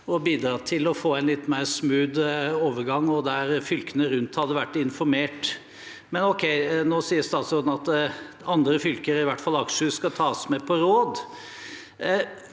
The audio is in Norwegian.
og bidratt til å få en litt mer smooth overgang, der fylkene rundt hadde vært informert. Ok – nå sier statsråden at andre fylker, i hvert fall Akershus, skal tas med på råd.